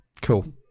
cool